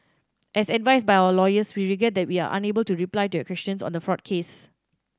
as advised by our lawyers we regret that we are unable to reply to your questions on the fraud case